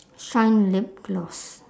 shine lip gloss